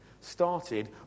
started